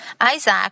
Isaac